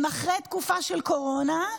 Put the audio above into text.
הם אחרי תקופה של קורונה,